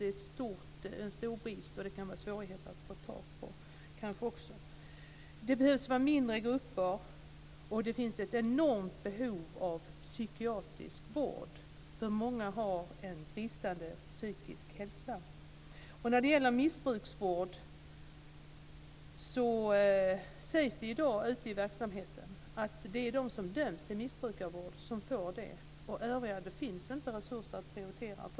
Det råder stor brist och det kan kanske också vara svårigheter att få tag på sådana. Grupperna behöver vara mindre, och det finns ett enormt behov av psykiatrisk vård. Många har bristande psykisk hälsa. När det gäller missbrukarvård sägs det i dag i verksamheten att det är de som döms till missbrukarvård som får vård. Övriga finns det inte resurser att prioritera.